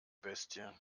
bestie